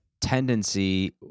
tendency